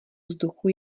vzduchu